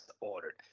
Ordered